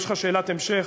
יש לך שאלת המשך,